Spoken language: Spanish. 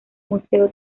museo